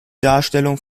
darstellung